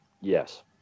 yes